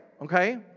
okay